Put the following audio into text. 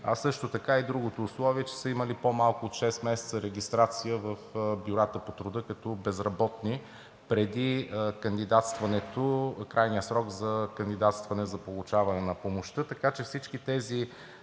а също така и другото условие, че са имали по-малко от шест месеца регистрация в бюрата по труда като безработни преди кандидатстването – крайният срок за кандидатстване за получаване на помощта.